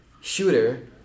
shooter